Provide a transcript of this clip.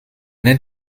nennt